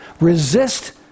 Resist